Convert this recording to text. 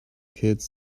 kids